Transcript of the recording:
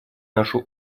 нашу